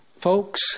Folks